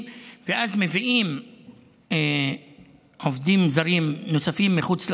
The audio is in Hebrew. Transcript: ואז מביאים עובדים זרים נוספים מחוץ לארץ,